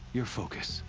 your focus.